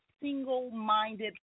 single-minded